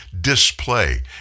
display